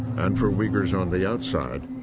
and for uighurs on the outside,